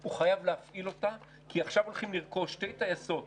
הוא חייב להפעיל אותה כי עכשיו הולכים לרכוש שתי טייסות